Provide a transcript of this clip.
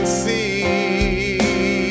see